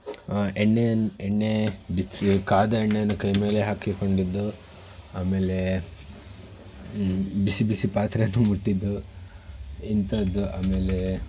ಎಣ್ಣೆಯನ್ನು ಎಣ್ಣೆ ಬಿಸಿ ಕಾದ ಎಣ್ಣೆಯನ್ನು ಕೈಮೇಲೆ ಹಾಕಿಕೊಂಡಿದ್ದು ಆಮೇಲೆ ಬಿಸಿ ಬಿಸಿ ಪಾತ್ರೆಯನ್ನು ಮುಟ್ಟಿದ್ದು ಇಂಥದ್ದು ಆಮೇಲೆ